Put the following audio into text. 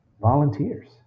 volunteers